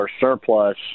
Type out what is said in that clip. surplus